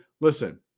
listen